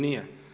Nije.